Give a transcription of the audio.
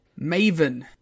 Maven